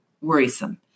worrisome